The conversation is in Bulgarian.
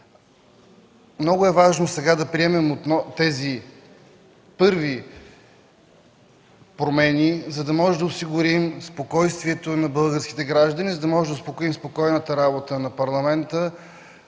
Много важно е сега да приемем тези първи промени, за да може да осигурим спокойствието на българските граждани и спокойната работа на Парламента,